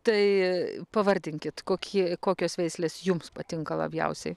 tai pavardinkit kokie kokios veislės jums patinka labiausiai